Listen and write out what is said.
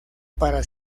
para